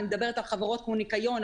ואני מדברת על חברות כמו ניקיון,